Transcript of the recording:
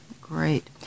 great